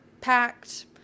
packed